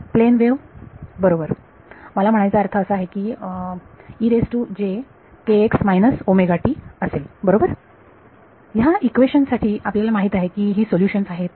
plain wave बरोबर मला म्हणायचं अर्थ असा की हे असेल बरोबर ह्या इक्वेशन साठी आपल्याला माहित आहे की ही सोल्युशन्स आहेत